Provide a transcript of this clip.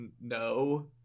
No